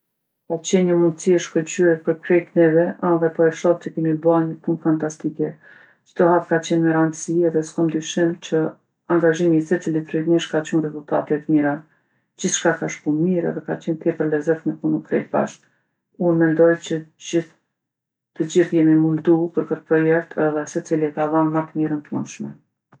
Ka qenë një mundsi e shkëlqyer për krejt neve edhe po e shoh që kemi ba nji punë fantastike. Çdo hap ka qenë me randsi edhe s'kom dyshim që angazhimi i secilit prej nesh ka rezultate t'mira. Gjithshka ka shku mirë edhe ka qenë tepër lezet me punu krejt bashkë. Unë mendoj që gjithë, të gjithë jemi mundu për këtë projekt edhe secili e ka dhanë ma t'mirën t'mundshme.